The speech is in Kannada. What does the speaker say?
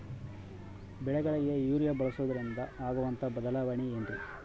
ಬೆಳೆಗಳಿಗೆ ಯೂರಿಯಾ ಬಳಸುವುದರಿಂದ ಆಗುವಂತಹ ಬದಲಾವಣೆ ಏನ್ರಿ?